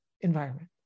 environment